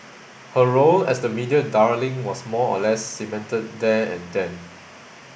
her role as the media darling was more or less cemented there and then